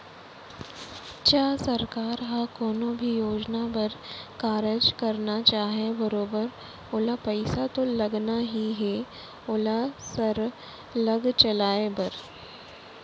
च सरकार ह कोनो भी योजना बर कारज करना चाहय बरोबर ओला पइसा तो लगना ही हे ओला सरलग चलाय बर